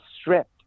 stripped